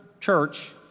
Church